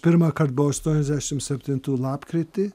pirmąkart buvau aštuoniasdešim septintų lapkritį